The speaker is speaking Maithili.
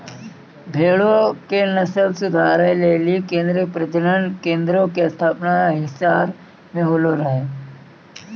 भेड़ो के नस्ल सुधारै लेली केन्द्रीय प्रजनन केन्द्रो के स्थापना हिसार मे होलो रहै